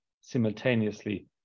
simultaneously